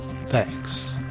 Thanks